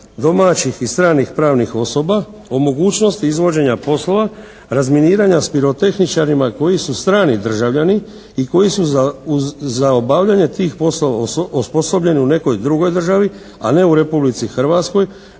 domaćih i stranih pravnih osoba o mogućnosti izvođenja poslova razminiranja sa pirotehničarima koji su strani državljani i koji su za obavljanje tih poslova osposobljeni u nekoj drugoj državi, a ne u Republici Hrvatskoj